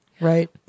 Right